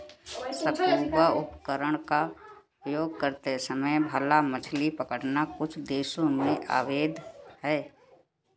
scuba उपकरण का उपयोग करते समय भाला मछली पकड़ना कुछ देशों में अवैध है